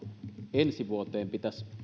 ensi vuoteen pitäisi